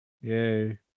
Yay